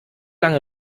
lange